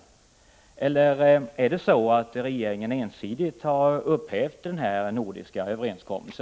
Är det möjligen så att regeringen ensidigt har upphävt denna nordiska överenskommelse?